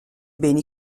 beni